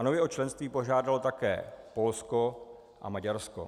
Nově o členství požádalo také Polsko a Maďarsko.